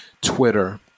Twitter